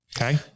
Okay